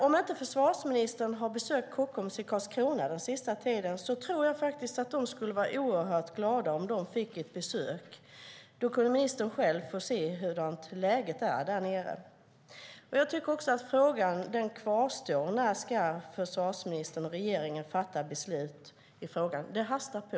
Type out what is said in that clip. Om inte förvarsministern har besökt Kockums i Karlskrona den senaste tiden tror jag att de skulle vara oerhört glada om de fick ett besök. Då kunde ministern själv få se hur läget är därnere. Frågan kvarstår. När ska försvarsministern och regeringen fatta beslut i frågan. Det hastar på.